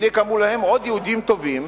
הנה קמו להם עוד יהודים טובים,